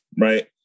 right